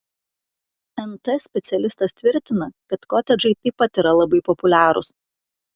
nt specialistas tvirtina kad kotedžai taip pat yra labai populiarūs